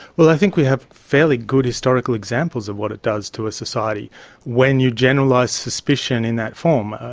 well, i think we have fairly good historical examples of what it does to a society when you generalise suspicion in that form,